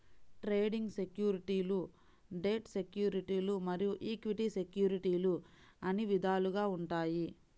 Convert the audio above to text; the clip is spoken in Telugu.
ట్రేడింగ్ సెక్యూరిటీలు డెట్ సెక్యూరిటీలు మరియు ఈక్విటీ సెక్యూరిటీలు అని విధాలుగా ఉంటాయి